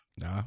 No